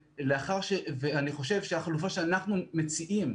ואני חושב שהחלופה שאנחנו מציעים,